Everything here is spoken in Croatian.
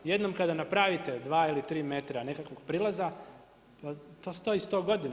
Jednom kada napravite dva ili tri metra nekakvog prilaza to stoji 100 godina.